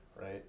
right